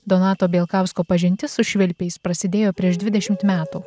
donato bielkausko pažintis su švilpiais prasidėjo prieš dvidešimt metų